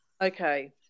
Okay